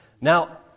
Now